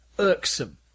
irksome